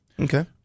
Okay